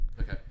Okay